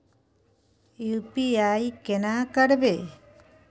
UPI केना करबे?